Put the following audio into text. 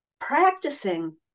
Practicing